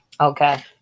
Okay